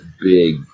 big